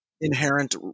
inherent